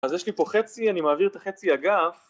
אז יש לי פה חצי אני מעביר את החצי אגף